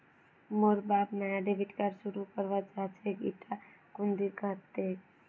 मोर बाप नाया डेबिट कार्ड शुरू करवा चाहछेक इटा कुंदीर हतेक